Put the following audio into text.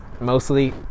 mostly